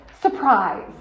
Surprise